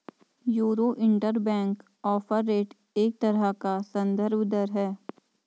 euro interbank offer rate एक तरह का सन्दर्भ दर है